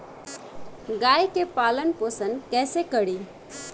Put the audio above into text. गाय के पालन पोषण पोषण कैसे करी?